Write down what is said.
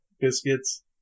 biscuits